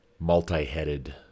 multi-headed